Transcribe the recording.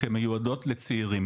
כמיועדות לצעירים.